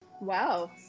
Wow